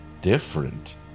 different